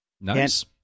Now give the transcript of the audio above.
Nice